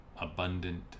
abundant